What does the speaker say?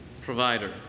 provider